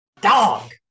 Dog